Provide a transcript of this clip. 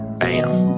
bam